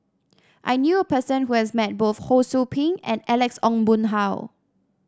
I knew a person who has met both Ho Sou Ping and Alex Ong Boon Hau